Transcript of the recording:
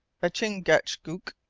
a chingachgook,